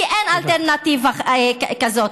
כי אין אלטרנטיבה כזאת.